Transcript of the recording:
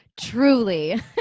Truly